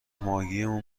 ماهگیمون